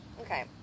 okay